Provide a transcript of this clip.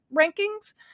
rankings